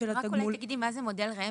רק אולי תגידי מה זה מודל ראם,